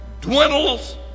dwindles